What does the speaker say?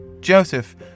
Joseph